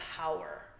power